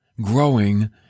growing